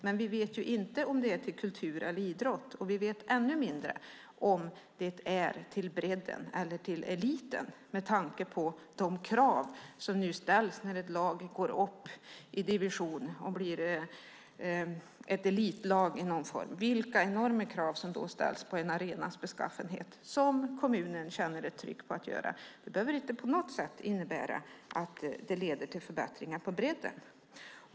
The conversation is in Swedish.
Men vi vet inte om det är till kultur eller idrott, och vi vet ännu mindre om det är till bredden eller till eliten. När ett lag går upp i division och blir ett elitlag i någon form ställs det enorma krav på arenors beskaffenhet, och kommunen kan då känna ett tryck på att göra en anpassning av dem. Det behöver inte på något sätt innebära att det leder till förbättringar på bredden.